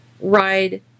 ride